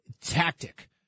tactic